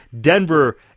Denver